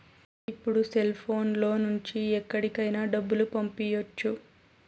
ఇప్పుడు సెల్ఫోన్ లో నుంచి ఎక్కడికైనా డబ్బులు పంపియ్యచ్చు